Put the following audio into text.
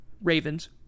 Ravens